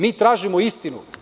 Mi tražimo istinu.